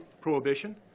prohibition